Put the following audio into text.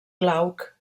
glauc